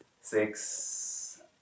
six